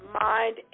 mind